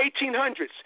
1800s